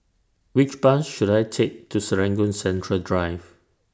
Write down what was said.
Which Bus should I Take to Serangoon Central Drive